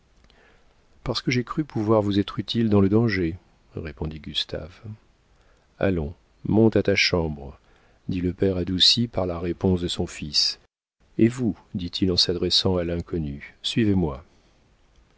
parce que j'ai cru pouvoir vous être utile dans le danger répondit gustave allons monte à ta chambre dit le père adouci par la réponse de son fils et vous dit-il en s'adressant à l'inconnu suivez-moi